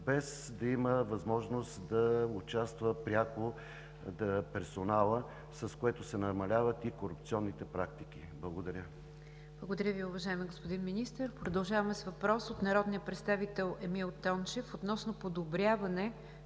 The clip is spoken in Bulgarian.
без да има възможност да участва пряко персоналът, с което се намаляват и корупционните практики. Благодаря. ПРЕДСЕДАТЕЛ НИГЯР ДЖАФЕР: Благодаря Ви, уважаеми господин Министър. Продължаваме с въпрос от народния представител Емил Тончев относно подобряване